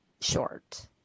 short